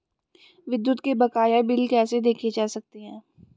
विद्युत के बकाया बिल कैसे देखे जा सकते हैं?